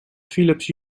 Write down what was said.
philips